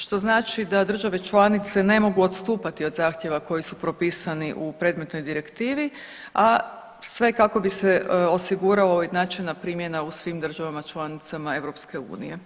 Što znači da države članice ne mogu odstupati od zahtjeva koji su propisani u predmetnoj direktivi, a sve kako bi se osiguralo načelna primjena u svim državama članicama EU.